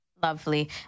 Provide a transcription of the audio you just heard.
Lovely